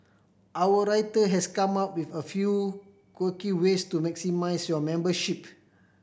our writer has come up with a few quirky ways to maximise your membership